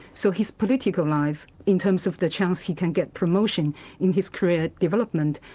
so his political life in terms of the chance you can get promotion in his creative development,